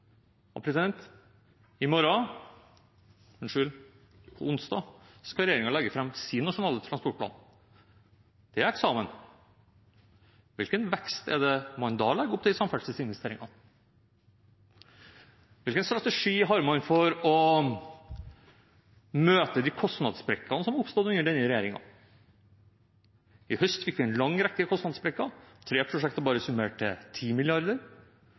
På onsdag skal regjeringen legge fram sin nasjonale transportplan. Det er eksamen. Hvilken vekst er det man da legger opp til i samferdselsinvesteringene? Hvilken strategi har man for å møte de kostnadssprekkene som har oppstått under denne regjeringen? I høst fikk vi en lang rekke kostnadssprekker – tre prosjekter bare summert til